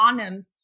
condoms